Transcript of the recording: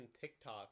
TikTok